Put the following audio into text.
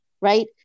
right